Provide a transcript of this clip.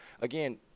again